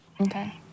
Okay